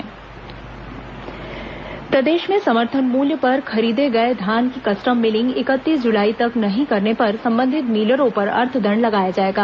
धान custom milling प्रदेश में समर्थन मूल्य पर खरीदे गए धान की कस्टम मिलिंग इकतीस जुलाई तक नहीं करने पर संबंधित मिलरों पर अर्थदण्ड लगाया जाएगा